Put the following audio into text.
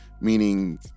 meaning